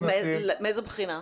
מאיזה בחינה לפקח?